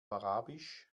arabisch